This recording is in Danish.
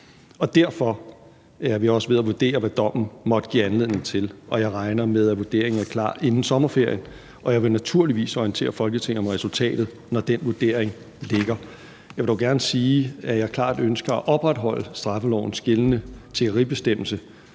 Derfor er vi også ved at vurdere, hvad dommen måtte give anledning til. Jeg regner med, at vurderingen er klar inden sommerferien. Jeg vil naturligvis orientere Folketinget om resultatet, når den vurdering ligger. Jeg vil dog gerne sige, at jeg klart ønsker at opretholde straffelovens gældende tiggeribestemmelse